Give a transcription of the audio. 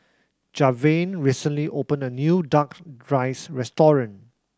Javen recently opened a new Duck Rice restaurant